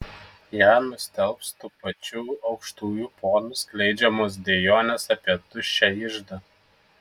ją nustelbs tų pačių aukštųjų ponų skleidžiamos dejonės apie tuščią iždą